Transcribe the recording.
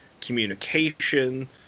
communication